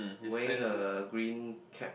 wearing a green cap